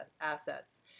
assets